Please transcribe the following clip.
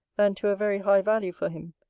than to a very high value for him.